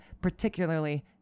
particularly